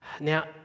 Now